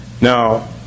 now